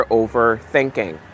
overthinking